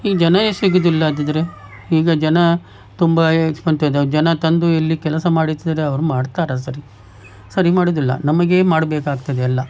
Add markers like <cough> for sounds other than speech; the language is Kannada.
ಈಗ ಜನವೇ ಸಿಗುವುದಿಲ್ಲದಿದ್ರೆ ಈಗ ಜನ ತುಂಬ <unintelligible> ಜನ ತಂದು ಇಲ್ಲಿ ಕೆಲಸ ಮಾಡಿಸಿದರೆ ಅವ್ರು ಮಾಡ್ತಾರಾ ಸರಿ ಸರಿ ಮಾಡುವುದಿಲ್ಲ ನಮಗೇ ಮಾಡಬೇಕಾಗ್ತದೆ ಎಲ್ಲ